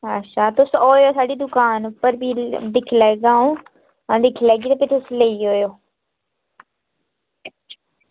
अच्छा ते ओयो साढ़ी दुकान ते दिक्खी लैयो आं दिक्खी लैगी ते तुस लेई जायो